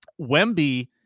Wemby